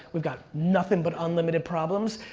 we've got nothing but unlimited problems.